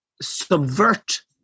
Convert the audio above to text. subvert